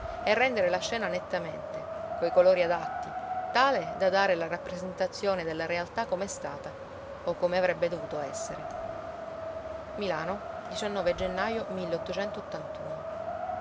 e rendere la scena nettamente coi colori adatti tale da dare la rappresentazione della realtà com'è stata o come avrebbe dovuto essere ilano gennaio